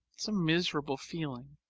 it's a miserable feeling.